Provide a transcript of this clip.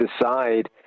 decide